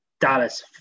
Dallas